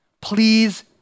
please